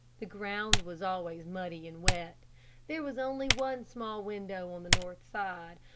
the ground was always muddy and wet there was only one small window on the north side,